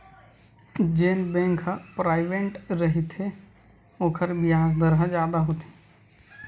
जेन बेंक ह पराइवेंट रहिथे ओखर बियाज दर ह जादा होथे